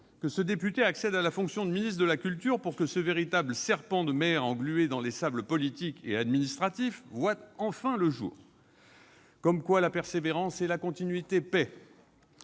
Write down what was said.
que ce député accède à la fonction de ministre de la culture pour que ce véritable serpent de mer englué dans les sables politiques et administratifs voie enfin le jour. Comme quoi, la persévérance et la continuité paient